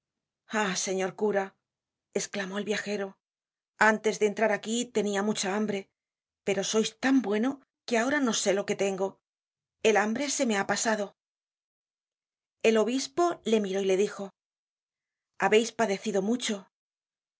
señor cura esclamó el viajero antes de entrar aquí tenia mucha hambre pero sois tan bueno que ahora no sé lo que tengo el hambre me se ha pasado el obispo le miró y le dijo habeis padecido mucho oh